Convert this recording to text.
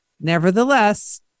Nevertheless